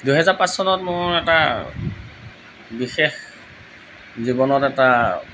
দুহেজাৰ পাঁচ চনত মই এটা বিশেষ জীৱনত এটা